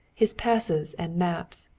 his passes and maps.